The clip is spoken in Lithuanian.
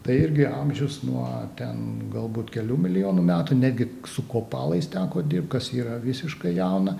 tai irgi amžius nuo ten galbūt kelių milijonų metų netgi su kopalais teko dirbt kas yra visiškai jauna